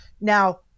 now